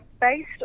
based